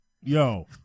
Yo